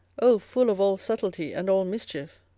o full of all subtilty and all mischief,